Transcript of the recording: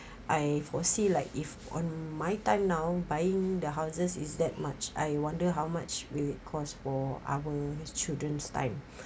I foresee like if on my time now buying the houses is that much I wonder how much will it cost for our children's time